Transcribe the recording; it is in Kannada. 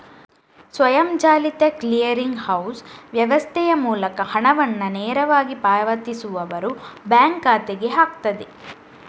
ಸ್ವಯಂಚಾಲಿತ ಕ್ಲಿಯರಿಂಗ್ ಹೌಸ್ ವ್ಯವಸ್ಥೆಯ ಮೂಲಕ ಹಣವನ್ನ ನೇರವಾಗಿ ಪಾವತಿಸುವವರ ಬ್ಯಾಂಕ್ ಖಾತೆಗೆ ಹಾಕ್ತದೆ